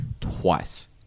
twice